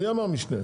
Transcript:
מי אמר משנה?